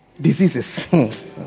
diseases